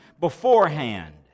beforehand